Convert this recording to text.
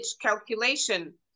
calculation